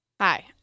Hi